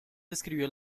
describió